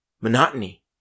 monotony